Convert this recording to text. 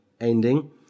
ending